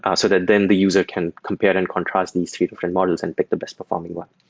ah so that then the user can compare and contrast these three different models and pick the best performing one.